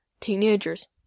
teenagers